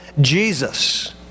Jesus